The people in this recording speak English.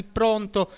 pronto